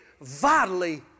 vitally